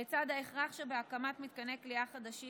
לצד ההכרח שבהקמת מתקני כליאה חדשים,